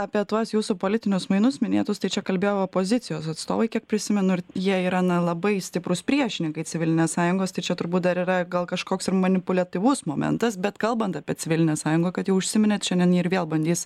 apie tuos jūsų politinius mainus minėtus tai čia kalbėjo opozicijos atstovai kiek prisimenu ir jie yra na labai stiprūs priešininkai civilinės sąjungos tai čia turbūt dar yra gal kažkoks manipuliatyvus momentas bet kalbant apie civilinę sąjungą kad jau užsiminėt šiandien ji ir vėl bandys